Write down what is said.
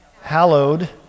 hallowed